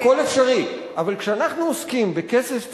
אבל כשאנחנו עוסקים בכסף ציבורי,